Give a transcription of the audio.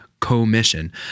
commission